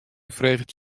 freget